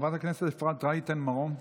חברת הכנסת אפרת רייטן מרום.